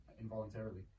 involuntarily